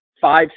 five